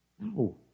No